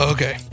Okay